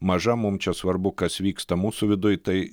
maža mum čia svarbu kas vyksta mūsų viduj tai